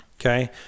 okay